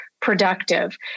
productive